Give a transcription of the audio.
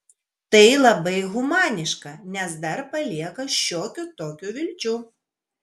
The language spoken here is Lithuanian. tai labai humaniška nes dar palieka šiokių tokių vilčių